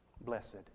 Blessed